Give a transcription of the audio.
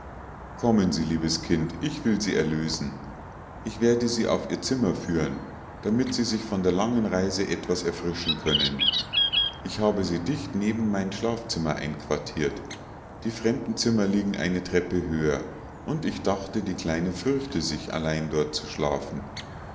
kommen sie liebes kind ich will sie erlösen ich werde sie auf ihr zimmer führen damit sie sich von der langen reise etwas erfrischen können ich habe sie dicht neben mein schlafzimmer einquartiert die fremdenzimmer liegen eine treppe höher und ich dachte die kleine fürchte sich allein dort zu schlafen